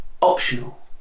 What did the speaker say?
optional